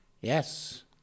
Yes